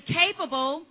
capable